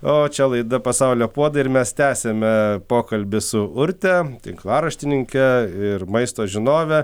o čia laida pasaulio puodai ir mes tęsiame pokalbį su urte tinklaraštininke ir maisto žinove